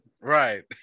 right